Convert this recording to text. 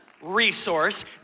resource